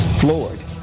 Floored